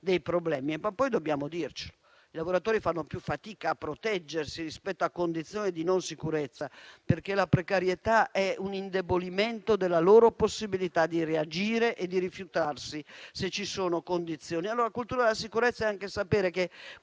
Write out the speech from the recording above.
dei problemi. Dobbiamo dircelo: i lavoratori fanno più fatica a proteggersi rispetto a condizioni di non sicurezza, perché la precarietà è un indebolimento della loro possibilità di reagire e rifiutarsi se ci sono condizioni. Cultura della sicurezza è anche sapere